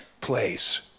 place